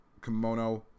Kimono